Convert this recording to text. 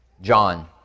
John